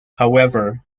however